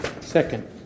Second